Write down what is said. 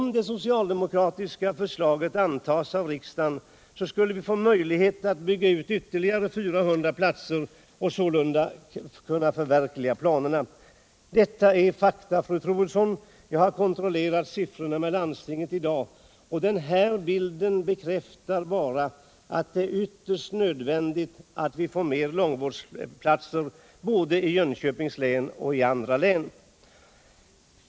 Om det socialdemokratiska förslaget antas av riksdagen skulle vi kunna bygga ut långvården med ytterligare 400 platser och sålunda kunna förverkliga planerna. Detta är fakta, fru Troedsson. Jag har kontrollerat siffrorna med landstinget i dag, och den här bilden bekräftar bara att det är nödvändigt att vi får fler långvårdsplatser både i Jönköpings län och i andra län.